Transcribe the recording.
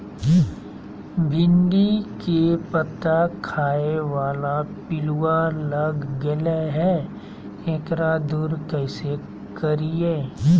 भिंडी के पत्ता खाए बाला पिलुवा लग गेलै हैं, एकरा दूर कैसे करियय?